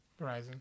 Verizon